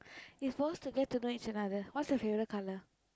we were supposed to get to know each other what's your favourite colour